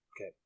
okay